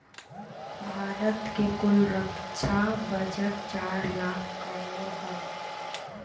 भारत के कुल रक्षा बजट चार लाख करोड़ हय